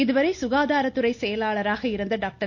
இதுவரை சுகாதாரத்துறை செயலாளராக இருந்த டாக்டர்